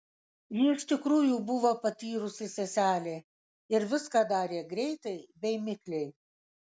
ji iš tikrųjų buvo patyrusi seselė ir viską darė greitai bei mikliai